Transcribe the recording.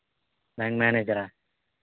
bank మేనేజరా